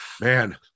Man